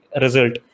result